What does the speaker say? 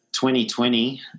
2020